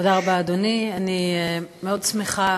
תודה רבה, אדוני, אני מאוד שמחה